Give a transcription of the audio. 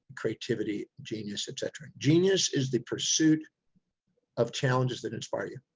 creativity, genius, et cetera. genius is the pursuit of challenges that inspire you.